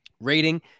rating